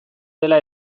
dela